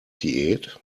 diät